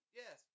yes